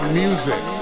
music